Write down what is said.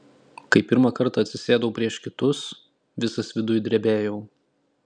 kai pirmą kartą atsisėdau prieš kitus visas viduj drebėjau